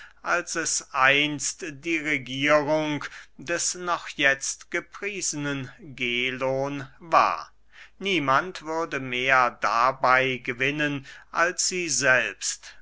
als es einst die regierung des noch jetzt gepriesenen gelon war niemand würde mehr dabey gewinnen als sie selbst